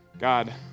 God